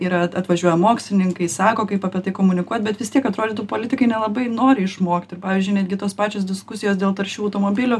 yra at atvažiuoja mokslininkai sako kaip apie tai komunikuoti bet vis tiek atrodytų politikai nelabai nori išmokti pavyzdžiui netgi tos pačios diskusijos dėl taršių automobilių